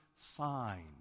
sign